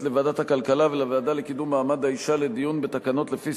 לוועדת הכלכלה ולוועדה לקידום מעמד האשה לדיון בתקנות לפי